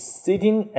sitting